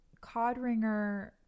Codringer